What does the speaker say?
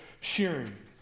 sharing